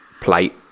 plate